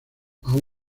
aún